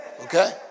okay